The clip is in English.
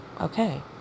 okay